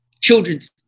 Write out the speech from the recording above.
children's